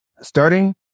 Starting